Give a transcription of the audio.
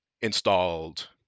installed